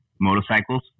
motorcycles